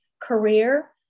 career